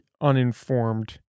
uninformed